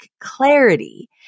clarity